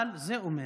אבל זה אומר